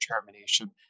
termination